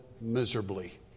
miserably